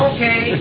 Okay